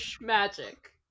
magic